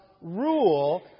rule